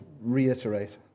reiterate